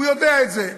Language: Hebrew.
הוא יודע את זה.